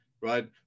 right